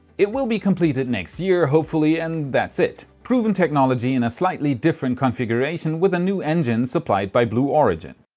it will be completed next year hopefully and that's it. proven technology in a slightly different configuration with a new engine supplied by blue origin.